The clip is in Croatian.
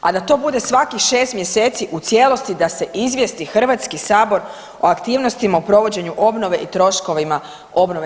A da to bude svakih 6 mjeseci u cijelosti da se izvijesti Hrvatski sabor o aktivnostima u provođenju obnove i troškovima obnove.